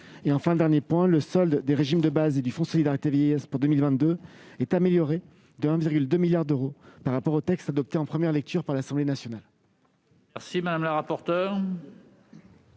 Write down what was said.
des débats hier. Enfin, le solde des régimes de base et du Fonds de solidarité vieillesse (FSV) pour 2022 est amélioré de 1,2 milliard d'euros par rapport au texte adopté en première lecture par l'Assemblée nationale.